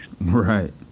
Right